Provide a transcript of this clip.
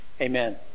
Amen